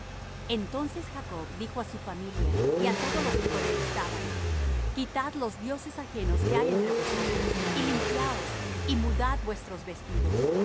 entonces jacob dijo á su familia y á todos los que con él estaban quitad los dioses ajenos que hay entre vosotros y limpiaos y mudad vuestros vestidos